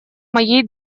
моей